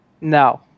No